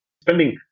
Spending